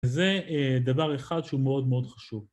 וזה דבר אחד שהוא מאוד מאוד חשוב.